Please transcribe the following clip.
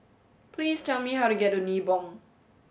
please tell me how to get to Nibong